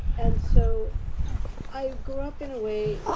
and so i grew up in a way,